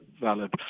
valid